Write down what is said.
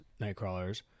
nightcrawlers